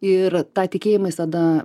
ir tą tikėjimą jis tada